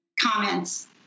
comments